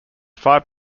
five